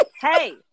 hey